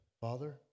Father